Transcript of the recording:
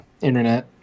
internet